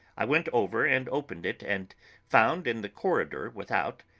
i went over and opened it and found in the corridor without,